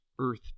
earth